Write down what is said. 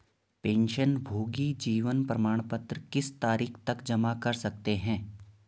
पेंशनभोगी जीवन प्रमाण पत्र किस तारीख तक जमा कर सकते हैं?